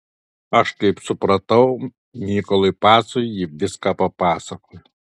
aš kaip supratau mykolui pacui ji viską papasakojo